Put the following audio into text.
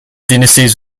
dynasties